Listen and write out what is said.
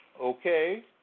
Okay